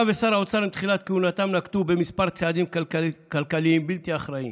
הממשלה ושר האוצר עם תחילת כהונתם נקטו כמה צעדים כלכליים בלתי אחראיים,